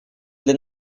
для